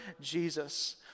Jesus